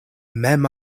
mem